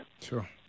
Sure